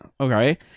okay